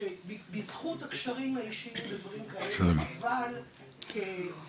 בזכות הקשרים האישיים ודברים כאלה, אבל כהוויה,